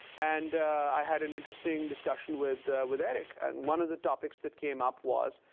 and i had an interesting discussion with with eric. and one of the topics that came up was,